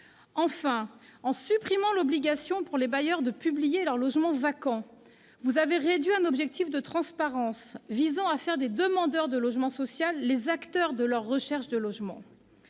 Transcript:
Enfin, en supprimant l'obligation, pour les bailleurs, de publier la liste de leurs logements vacants, vous avez réduit un objectif de transparence visant à faire des demandeurs de logement social les acteurs de leur recherche de logement.